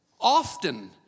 Often